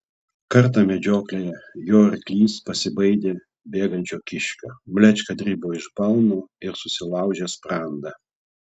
kartą medžioklėje jo arklys pasibaidė bėgančio kiškio mlečka dribo iš balno ir susilaužė sprandą